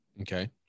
okay